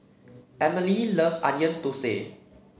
Emmalee loves Onion Thosai